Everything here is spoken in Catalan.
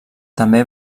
també